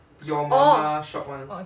orh